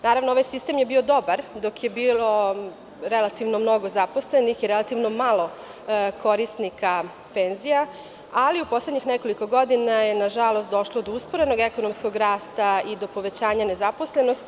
Naravno, ovaj sistem je bio dobar dok je bio relativno mnogo zaposlenih i relativno malo korisnika penzija, ali u poslednjih nekoliko godina je došlo do usporenog ekonomskog rasta i do povećanja nezaposlenosti.